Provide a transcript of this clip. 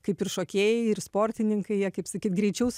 kaip ir šokėjai ir sportininkai jie kaip sakyt greičiau